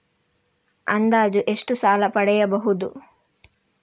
ಅಂದಾಜು ಎಷ್ಟು ಸಾಲ ಪಡೆಯಬಹುದು?